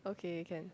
okay can